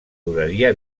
duraria